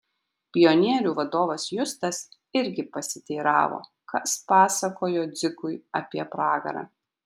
pionierių vadovas justas irgi pasiteiravo kas pasakojo dzikui apie pragarą